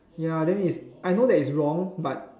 ya then it's I know that it's wrong but